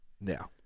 now